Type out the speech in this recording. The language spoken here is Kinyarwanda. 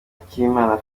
akimana